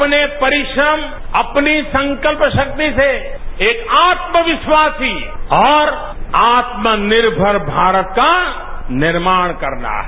अपने परिश्रम अपनी संकल्प शक्तिसे एक आत्म विश्वासी ही और आत्मनिर्मर भारत का निर्माण करना है